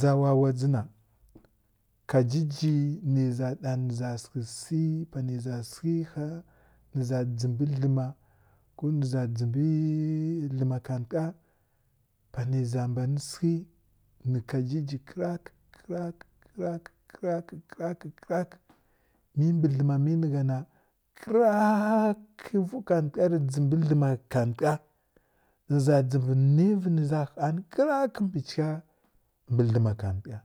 dʒa wawadʒi na kajiji nə za ɗa nə za səkə si panə za sekə har nə za dʒimbi dləma ba ko ni za dʒimbo dləma khatəka panə za mbani sekə nə kajiji kətak kərak kərak mə mbə dləma mə ni fha na kərrak vuw khatəka rə dʒimbi dlema khatəka nə za dʒimbi nə vi nə za hami kərnak mba chəka mbə dləma karəka